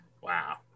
Wow